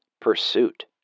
Pursuit